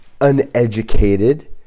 uneducated